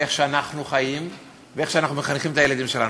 איך שאנחנו חיים ואיך שאנחנו מחנכים את הילדים שלנו.